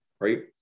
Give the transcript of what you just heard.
Right